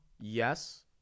Yes